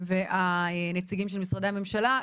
והנציגים של משרדי הממשלה,